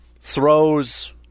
throws